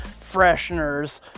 fresheners